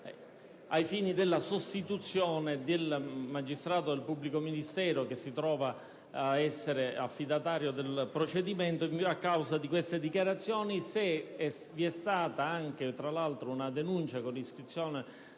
ai fini della sostituzione del magistrato o del pubblico ministero che si trova ad essere affidatario del procedimento, a causa di queste dichiarazioni, se vi è stata anche, tra l'altro, una denuncia con iscrizione